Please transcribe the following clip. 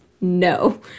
no